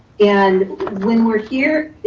and when we're here,